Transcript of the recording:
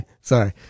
Sorry